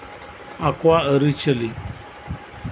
ᱟᱠᱚᱣᱟᱜ ᱟᱹᱨᱤ ᱪᱟᱹᱞᱤ